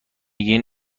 گین